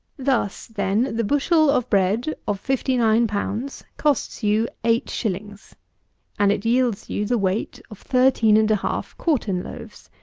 thus, then, the bushel of bread of fifty-nine pounds costs you eight shillings and it yields you the weight of thirteen and a half quartern loaves